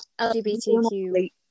LGBTQ